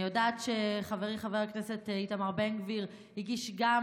אני יודעת שחברי חבר הכנסת איתמר בן גביר הגיש גם